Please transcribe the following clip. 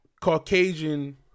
Caucasian